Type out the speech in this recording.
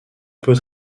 peut